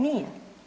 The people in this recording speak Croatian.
Nije.